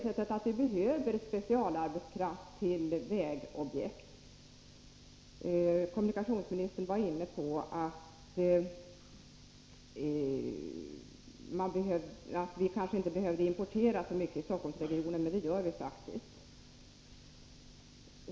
Vi behöver specialarbetskraft till vägobjekt. Kommunikationsministern var inne på att vi kanske inte behövde importera så mycket i Stockholmsregionen, men det behöver vi faktiskt.